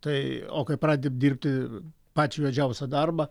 tai o kaip pradėti dirbti pačią juodžiausią darbą